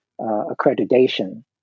accreditation